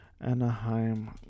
Anaheim